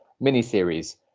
mini-series